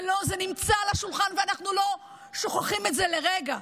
זה נמצא על השולחן, ואנחנו לא שוכחים את זה לרגע.